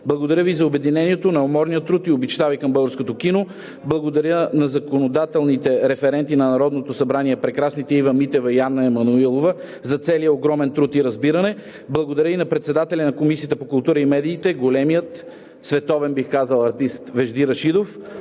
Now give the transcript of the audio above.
благодаря Ви за обединението, неуморния труд и обичта Ви към българското кино. Благодаря на законодателните референти на Народното събрание – прекрасните Ива Митева и Анна Емануилова, за целия огромен труд и разбиране. Благодаря и на председателя на Комисията по културата и медиите – големият, световен бих казал, артист Вежди Рашидов!